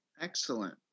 Excellent